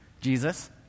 Jesus